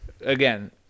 again